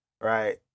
Right